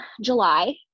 July